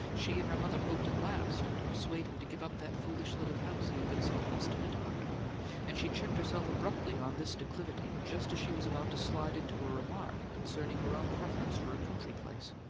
she and her mother hoped at last to persuade him to give up that foolish little house he had been so obstinate about and she checked herself abruptly on this declivity just as she was about to slide into a remark concerning her own preference for a country place.